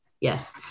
Yes